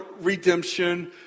redemption